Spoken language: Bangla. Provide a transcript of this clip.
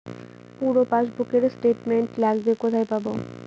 পুরো পাসবুকের স্টেটমেন্ট লাগবে কোথায় পাব?